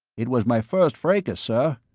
it was my first fracas, sir.